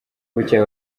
bukeye